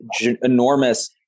enormous